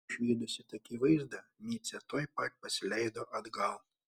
išvydusi tokį vaizdą micė tuoj pat pasileido atgal